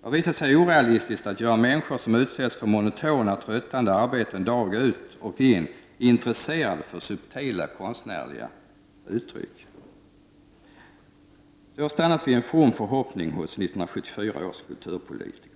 Det har visat sig vara orealistiskt att göra människor som utsätts för monotona och tröttande arbeten dag ut och dag in intresserade för subtila konstnärliga uttryck. Det har stannat vid en from förhoppning hos 1974 års kulturpolitiker.